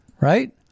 Right